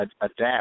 Adapt